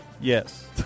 Yes